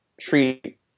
treat